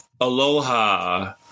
Aloha